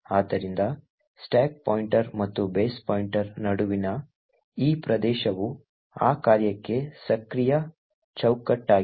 ಆದ್ದರಿಂದ stack pointer ಮತ್ತು base pointer ನಡುವಿನ ಈ ಪ್ರದೇಶವು ಆ ಕಾರ್ಯಕ್ಕೆ ಸಕ್ರಿಯ ಚೌಕಟ್ಟಾಗಿದೆ